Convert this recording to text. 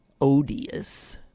odious